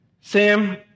Sam